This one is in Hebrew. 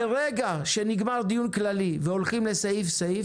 ברגע שנגמר דיון כללי והולכים לדיון מפורט בסעיפים,